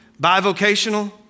bivocational